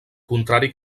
contrari